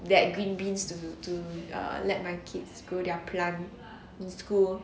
that green beans to to ya lor let my kids grow their plants in school